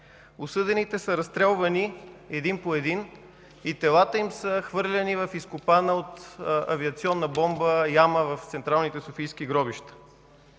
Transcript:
Осъдените са разстрелвани един по един и телата им са хвърляни в изкопана от авиационна бомба яма в Централните софийски гробища.